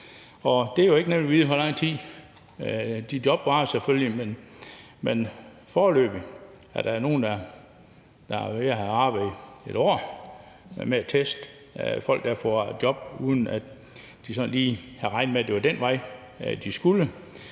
ikke nemt at vide, hvor langt tid de job er der, men foreløbig er der nogle, der er tæt på at have arbejdet et år med at teste. Det er folk, der har fået job, uden at de sådan lige havde regnet med, at det var den vej, de skulle.